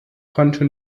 konnte